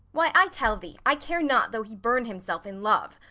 why, i tell thee i care not though he burn himself in love.